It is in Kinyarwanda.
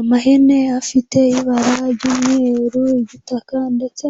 Amahene afite ibara ry'umweru w'igitaka ndetse